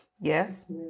Yes